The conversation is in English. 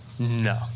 No